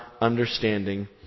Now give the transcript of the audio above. understanding